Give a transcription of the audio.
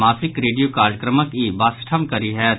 मासिक रेडियो कार्यक्रमक ई बासठम कड़ी होयत